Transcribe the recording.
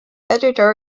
editor